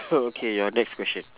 okay your next question